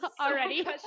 already